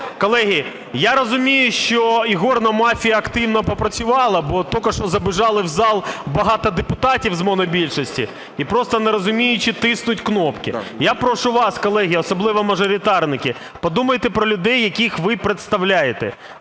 Колеги, я розумію, що ігорна мафія активно попрацювала, бо тільки що забігли в зал багато депутатів з монобільшості і, просто не розуміючи, тиснуть кнопки. Я прошу вас, колеги, особливо мажоритарники, подумайте про людей, яких ви представляєте.